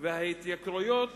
גיסא וההתייקרויות